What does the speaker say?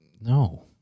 No